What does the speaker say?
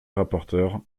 rapporteur